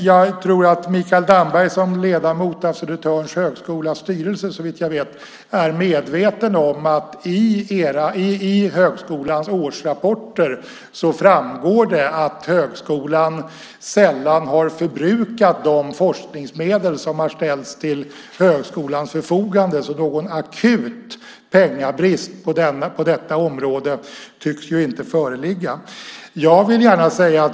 Jag tror att Mikael Damberg som ledamot av Södertörns högskolas styrelse är medveten om att i högskolans årsrapporter framgår det att högskolan sällan har förbrukat de forskningsmedel som har ställts till högskolans förfogande. Någon akut pengabrist på detta område tycks alltså inte föreligga.